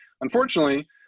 Unfortunately